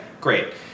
Great